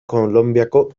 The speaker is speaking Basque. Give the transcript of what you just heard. kolonbiako